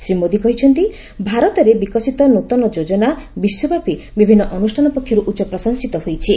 ଶ୍ରୀ ମୋଦୀ କହିଛନ୍ତି ଭାରତରେ ବିକଶିତ ନୂତନ ଯୋଜନା ବିଶ୍ୱବ୍ୟାପୀ ବିଭିନ୍ନ ଅନୁଷ୍ଠାନ ପକ୍ଷରୁ ଉଚ୍ଚପ୍ରଶଂସିତ ହୋଇଛି